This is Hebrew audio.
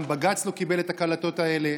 גם בג"ץ לא קיבל את הקלטות האלה.